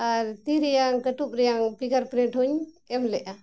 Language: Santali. ᱟᱨ ᱛᱤ ᱨᱮᱱᱟᱜ ᱠᱟᱹᱴᱩᱵ ᱨᱮᱱᱟᱜ ᱯᱷᱤᱝᱜᱟᱨ ᱯᱨᱤᱱᱴ ᱦᱚᱸᱧ ᱮᱢ ᱞᱮᱜᱼᱟ